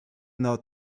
nor